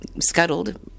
scuttled